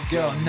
Girl